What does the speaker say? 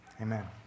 Amen